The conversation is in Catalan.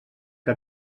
què